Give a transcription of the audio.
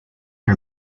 her